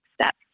step